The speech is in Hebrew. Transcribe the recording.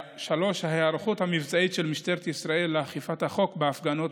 ההיערכות המבצעית של משטרת ישראל לאכיפת החוק בהפגנות